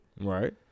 Right